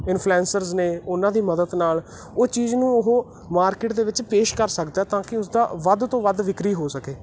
influencer ਨੇ ਉਹਨਾਂ ਦੀ ਮਦਦ ਨਾਲ ਉਹ ਚੀਜ਼ ਨੂੰ ਉਹ ਮਾਰਕੀਟ ਦੇ ਵਿੱਚ ਪੇਸ਼ ਕਰ ਸਕਦਾ ਤਾਂ ਕਿ ਉਸਦਾ ਵੱਧ ਤੋਂ ਵੱਧ ਵਿਕਰੀ ਹੋ ਸਕੇ